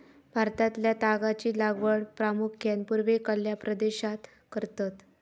भारतातल्या तागाची लागवड प्रामुख्यान पूर्वेकडल्या प्रदेशात करतत